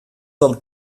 del